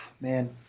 Man